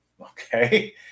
okay